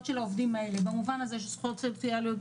של העובדים האלה במובן של זכויות סוציאליות,